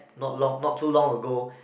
not long not too long ago